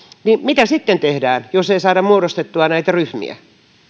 niin mitä sitten tehdään jos ei saada muodostettua näitä ryhmiä